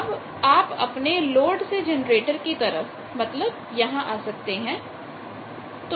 अब आप अपने लोड से जनरेटर की तरफ मतलब यहां आ सकते हैं